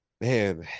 Man